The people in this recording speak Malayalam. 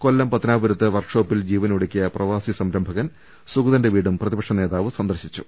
കൊല്ലം പത്തനാപുരത്ത് വർക് ഷോപ്പിൽ ജീവനൊടുക്കിയ പ്രവാസി സംരംഭകൻ സുഗതന്റെ വീട് പ്രതിപക്ഷനേതാവ് സന്ദർശിച്ചു